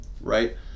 right